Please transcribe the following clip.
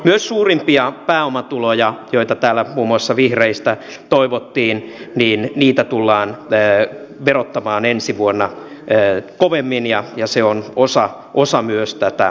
myös suurimpia pääomatuloja tullaan verottamaan ensi vuonna kovemmin mitä täällä muun muassa vihreistä toivottiin ja niitä tullaan me erota vaan ensi vuonna kovemminia myös se on osa tätä kokonaisuutta